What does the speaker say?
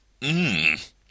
Mmm